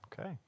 Okay